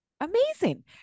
Amazing